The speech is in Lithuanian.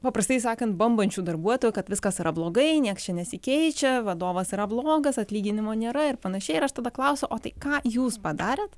paprastai sakant bambančių darbuotojų kad viskas yra blogai niekas nesikeičia vadovas yra blogas atlyginimo nėra ir panašiai ir aš tada klausiu o tai ką jūs padarėt